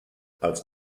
als